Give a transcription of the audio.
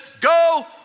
go